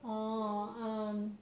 orh um